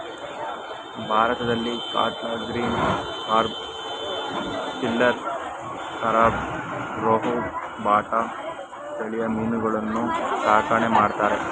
ಭಾರತದಲ್ಲಿ catla, green carp, silver carp, rohu, bata ತಳಿಯ ಮೀನುಗಳನ್ನು ಸಾಕಣೆ ಮಾಡ್ತರೆ